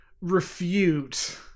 refute